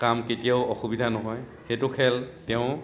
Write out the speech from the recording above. কাম কেতিয়াও অসুবিধা নহয় সেইটো খেল তেওঁ